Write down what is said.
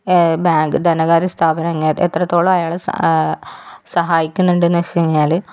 bank ധനകാര്യ സ്ഥാപനം എത്രത്തോളം അയാളെ സഹായിക്കുന്നുണ്ടെന്ന് ചോദിച്ചു കഴിഞ്ഞാൽ